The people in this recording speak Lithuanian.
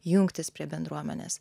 jungtis prie bendruomenės